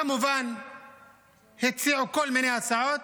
כמובן הציעו כל מיני הצעות,